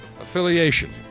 affiliation